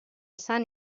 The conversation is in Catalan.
sant